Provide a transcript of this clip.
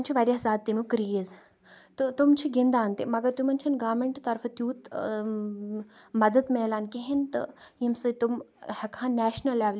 تِمن چھُ واریاہ زیادٕ تَمیُٛک کِریز تہٕ تِم چھِ گِندان تہِ مَگر تِمن چھُنہٕ گارمٮ۪نٹ کہِ طرفہٕ تیوٗت مَدد ملان کِہیٖنۍ تہٕ ییٚمہِ سۭتۍ تم ہیٚکہٕ ہَن نیشنَل لیولہِ